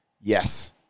Yes